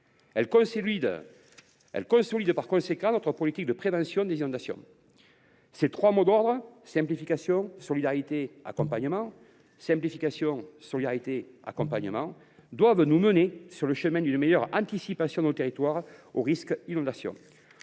Elle consolide par conséquent notre politique de prévention des inondations. Ses trois mots d’ordre – simplification, solidarité, accompagnement – doivent nous mener sur le chemin d’une meilleure anticipation de nos territoires au risque d’inondation.